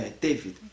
David